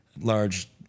large